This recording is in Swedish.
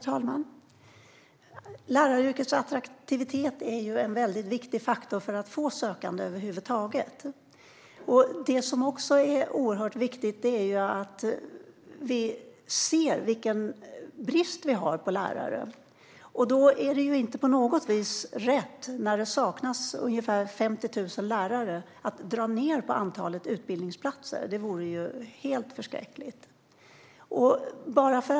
Herr talman! Läraryrkets attraktivitet är en väldigt viktig faktor för att över huvud taget få sökande. Något som också är oerhört viktigt är att vi ser vilken brist vi har på lärare. Det är inte på något vis rätt att dra ned på antalet utbildningsplatser när det saknas ungefär 50 000 lärare. Det vore helt förskräckligt.